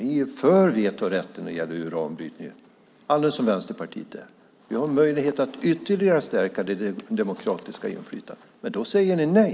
Ni är ju för vetorätten när det gäller uranbrytningen, alldeles som Vänsterpartiet är. Vi har en möjlighet att ytterligare stärka det demokratiska inflytandet, men då säger ni nej.